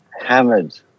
hammered